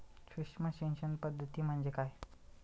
सूक्ष्म सिंचन पद्धती म्हणजे काय?